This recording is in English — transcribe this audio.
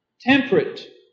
Temperate